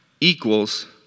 equals